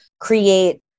create